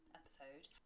episode